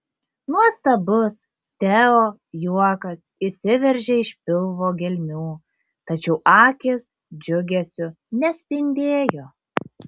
nuostabus teo juokas išsiveržė iš pilvo gelmių tačiau akys džiugesiu nespindėjo